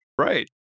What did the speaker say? right